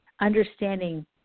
understanding